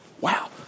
Wow